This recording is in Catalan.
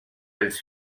els